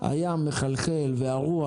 הים מחלחל והרוח.